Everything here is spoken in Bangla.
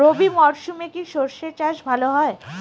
রবি মরশুমে কি সর্ষে চাষ ভালো হয়?